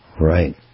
right